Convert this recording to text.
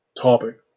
topic